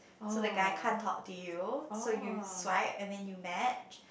so the guy can't talk to you so you swipe and then you match